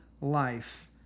life